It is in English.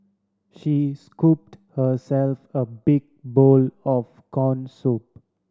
she scooped herself a big bowl of corn soup